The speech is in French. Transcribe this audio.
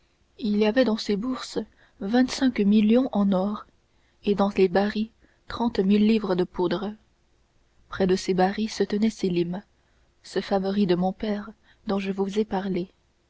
il y avait dans ces bourses vingt-cinq millions en or et dans les barils trente mille livres de poudre près de ces barils se tenait sélim ce favori de mon père dont je vous ai parlé